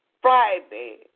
Friday